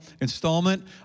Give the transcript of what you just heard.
installment